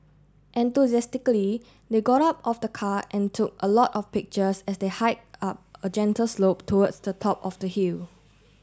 enthusiastically they got out of the car and took a lot of pictures as they hiked up a gentle slope towards the top of the hill